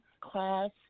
class